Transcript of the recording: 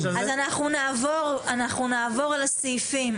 אנחנו נעבור על הסעיפים,